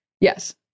yes